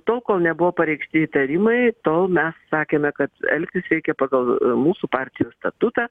tol kol nebuvo pareikšti įtarimai tol mes sakėme kad elgtis reikia pagal mūsų partijos statutą